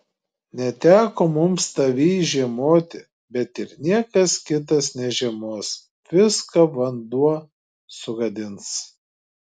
neteko mums tavyj žiemoti bet ir niekas kitas nežiemos viską vanduo sugadins